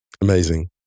Amazing